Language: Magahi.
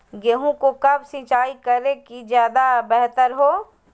गेंहू को कब सिंचाई करे कि ज्यादा व्यहतर हो?